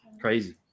crazy